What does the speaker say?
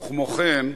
וכן,